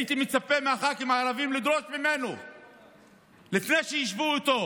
הייתי מצפה מהח"כים הערבים לדרוש ממנו לפני שישבו איתו